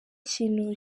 kintu